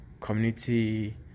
community